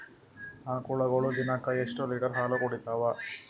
ಆಕಳುಗೊಳು ದಿನಕ್ಕ ಎಷ್ಟ ಲೀಟರ್ ಹಾಲ ಕುಡತಾವ?